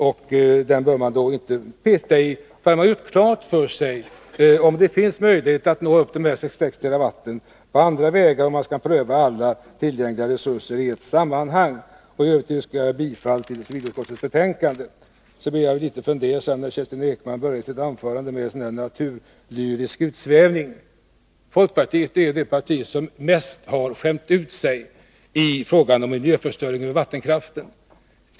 Strängsforsen bör man inte röra, förrän man har gjort klart för sig om det finns möjligheter att på andra vägar nå dessa 66 TWh. Alla tillgängliga resurser skall prövas i ett sammanhang. Jag blev litet fundersam, när Kerstin Ekman började sitt anförande med en naturlyrisk utsvävning. Folkpartiet är det parti som har skämt ut sig mest i frågan om miljöförstöring genom vattenkraft.